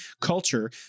culture